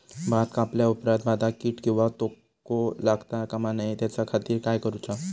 भात कापल्या ऑप्रात भाताक कीड किंवा तोको लगता काम नाय त्याच्या खाती काय करुचा?